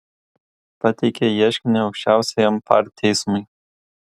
pateikė ieškinį aukščiausiajam par teismui